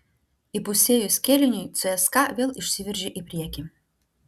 įpusėjus kėliniui cska vėl išsiveržė į priekį